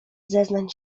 zeznań